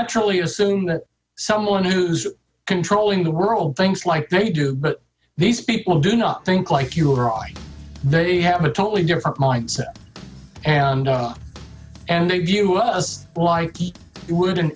naturally assume that someone who's controlling the world thinks like they do but these people do not think like you or i they have a totally different mindset and they view us like he wouldn't